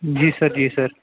جی sir جی سَر